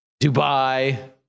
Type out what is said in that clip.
dubai